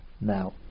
now